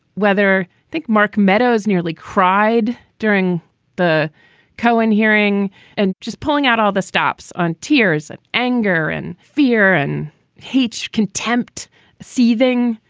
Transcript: whether think mark meadows nearly cried during the cohen hearing and just pulling out all the stops on tears and anger and fear and hatred, contempt seething.